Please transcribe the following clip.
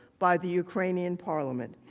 by the ukrainian parliament.